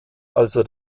also